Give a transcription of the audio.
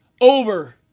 over